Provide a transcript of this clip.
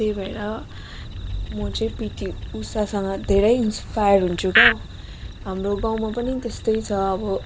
त्यही भएर म चाहिँ पिटी उषासँग धेरै इन्स्पायर हुन्छु क्या हो हाम्रो गाउँमा पनि त्यस्तै छ अब